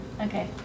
Okay